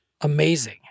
amazing